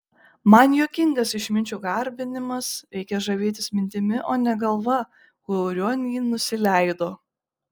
man juokingas išminčių garbinimas reikia žavėtis mintimi o ne galva kurion ji nusileido